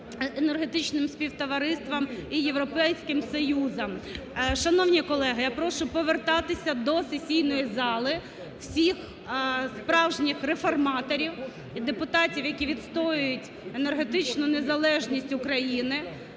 енергетичним співтовариством і Європейським Союзом. Шановні колеги, я прошу повертатися до сесійної зали всіх справжніх реформаторів і депутатів, які відстоюють енергетичну незалежність України,